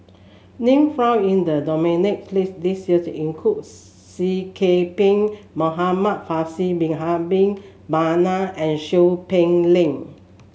name found in the nominees' list this year includes Seah Kian Peng Muhamad Faisal Bin Abdul Manap and Seow Peck Leng